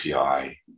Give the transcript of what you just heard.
API